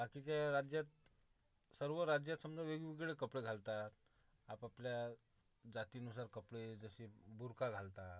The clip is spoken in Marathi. बाकीच्या राज्यात सर्व राज्यात समजा वेगवेगळे कपडे घालतात आपापल्या जातीनुसार कपडे जसे बुरखा घालतात